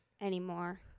anymore